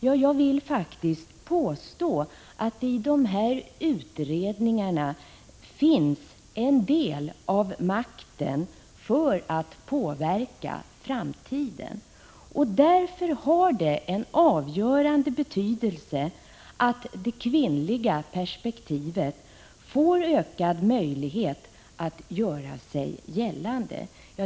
Ja, jag vill faktiskt påstå att det i dessa utredningar finns en del av makten för att påverka framtiden, och därför har det en avgörande betydelse 35 att det kvinnliga perspektivet får ökad möjlighet att göra sig gällande.